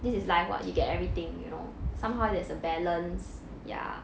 this is life [what] you get everything you know somehow there's a balance ya